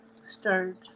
stirred